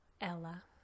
Ella